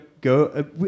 go